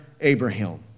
Abraham